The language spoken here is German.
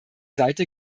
seite